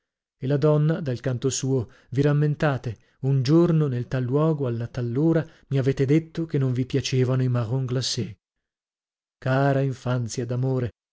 e la donna dal canto suo vi rammentate un giorno nel tal luogo alla tal ora mi avete detto che non vi piacevano i marrons glacés cara infanzia d'amore